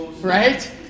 Right